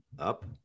Up